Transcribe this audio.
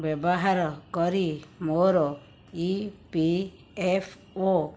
ବ୍ୟବହାର କରି ମୋର ଇ ପି ଏଫ୍ ଓ